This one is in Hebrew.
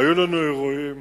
היו לנו אירועים